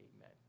Amen